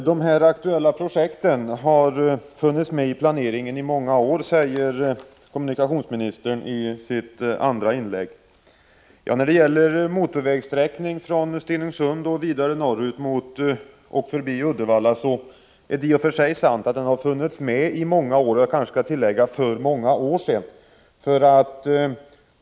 Herr talman! De aktuella projekten har funnits med i planeringen i många år, säger kommunikationsministern i sitt andra inlägg. När det gäller motorvägssträckningen från Stenungsund norrut och förbi Uddevalla, så är det i och för sig sant att den har funnits med i många år — och jag kanske skall tillägga: för många år sedan.